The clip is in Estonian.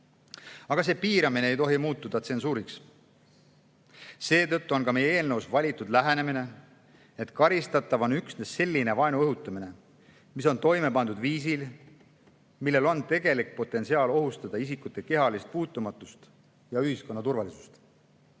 See piiramine ei tohi aga muutuda tsensuuriks. Selle pärast on meie eelnõus valitud lähenemine, et karistatav on üksnes selline vaenu õhutamine, mis on toime pandud viisil, millel on tegelik potentsiaal ohustada isikute kehalist puutumatust ja ühiskonna turvalisust. Muuseas,